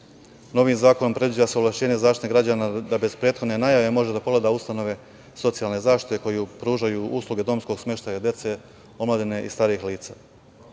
zakonom predviđa se ovlašćenje zaštite građana da bez prethodne najave može da pogleda ustanove socijalne zaštite koju pružaju usluge domskog smeštaja deca, omladine i starijih